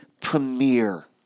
premier